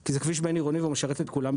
כי זה כביש בין-עירוני והוא משרת את כולם,